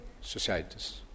societies